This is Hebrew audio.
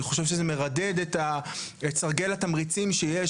אני חושב שזה מרדד את הסרגל התמריצים שיש